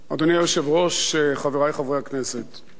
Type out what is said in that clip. אדוני היושב-ראש, חברי חברי הכנסת,